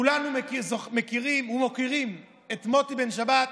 כולנו מכירים ומוקירים את מוטי בן שבת,